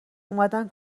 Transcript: اومدن